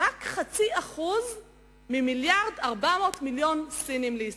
רק 0.5% מ-1.4 מיליארד סינים לישראל.